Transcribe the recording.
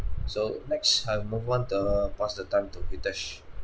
so next I move on to pass the time to hitesh